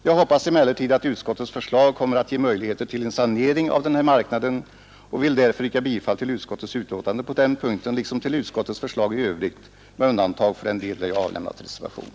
Jag hoppas emellertid att utskottets förslag kommer att ge möjligheter till en sanering av den här marknaden och vill därför yrka bifall till utskottets förslag på den punkten liksom till utskottets förslag i övrigt med undantag för den del där jag avlämnat reservation,